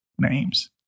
names